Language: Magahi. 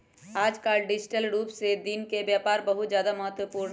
आजकल डिजिटल रूप से दिन के व्यापार बहुत ज्यादा महत्वपूर्ण हई